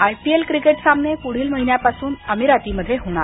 IPL cricket सामने पुढील महिन्यापासून अमिरातीमध्ये होणार